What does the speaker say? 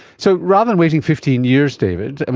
so, rather than waiting fifteen years, david,